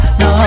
no